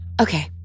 Okay